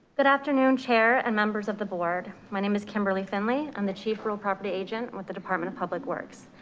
but afternoon, chair and members of the board. my name is kimberly finley. i'm the chief real property agent with the department of public works.